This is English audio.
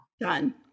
Done